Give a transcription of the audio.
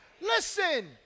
Listen